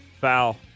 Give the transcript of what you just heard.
Foul